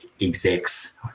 execs